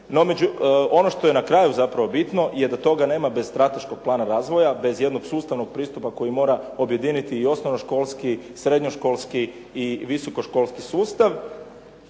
Ono što je na kraju zapravo bitno je da toga nema bez strateškog plana razvoja, bez jednog sustavnog pristupa koji mora objediniti i osnovnoškolski, srednjoškolski i visokoškolski sustav.